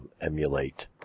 emulate